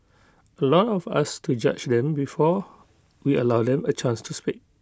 A lot of us to judge them before we allow them A chance to speak